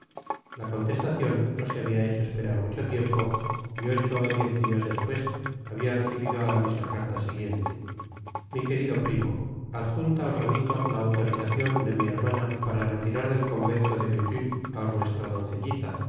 la contestacion no se habia hecho esperar mucho tiempo y ocho ó diez dias despues habia recibido aramis la carta siguiente mi querido primo adjunta os remito la autorizacion de mi hermana para retirar del convento de bethune á nuestra doncellita la